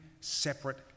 separate